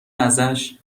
ازش